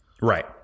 Right